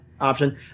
option